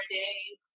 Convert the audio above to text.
days